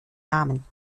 namen